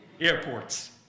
airports